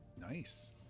Nice